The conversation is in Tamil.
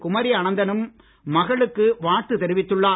குமரி அனந்தனும் மகளுக்கு வாழ்த்து தெரிவித்துள்ளார்